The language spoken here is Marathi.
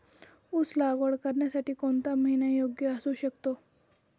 ऊस लागवड करण्यासाठी कोणता महिना योग्य असू शकतो?